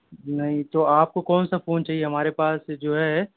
نہیں تو آپ کو کون سا فون چاہیے ہمارے پاس جو ہے